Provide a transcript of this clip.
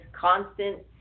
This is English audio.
constant